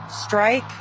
strike